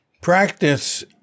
practice